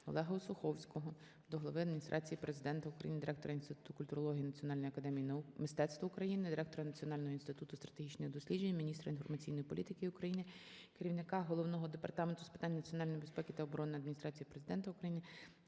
ОлегаОсуховського до глави Адміністрації Президента України, директора Інституту культурології Національної академії Мистецтв України, директора Національного інституту стратегічних досліджень, міністра інформаційної політики України, керівника Головного департаменту з питань національної безпеки та оборони Адміністрації Президента України,